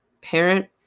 parent